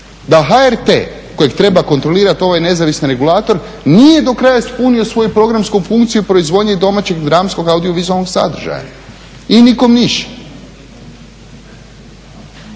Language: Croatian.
da HRT kojeg treba kontrolirati ovaj nezavisni regulator nije do kraja ispunio svoju programsku funkciju proizvodnje domaćeg dramskog audiovizualnog sadržaja. I nikom ništa.